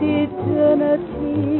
eternity